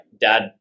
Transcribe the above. dad